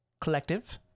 collective